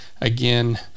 again